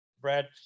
Brad